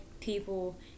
people